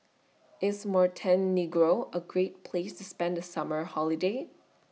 IS Montenegro A Great Place to spend The Summer Holiday